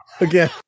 Again